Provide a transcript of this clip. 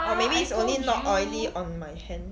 or maybe it's only not oily on my hand